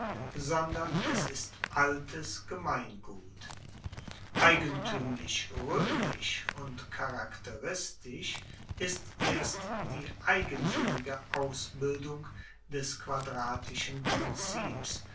sondern es ist altes gemeingut eigentuemlich roemisch und charakteristisch ist erst die eigensinnige ausbildung des quadratischen prinzips